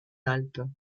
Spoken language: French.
alpes